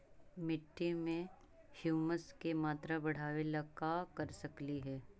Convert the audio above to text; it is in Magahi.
मिट्टी में ह्यूमस के मात्रा बढ़ावे ला का कर सकली हे?